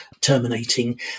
terminating